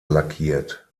lackiert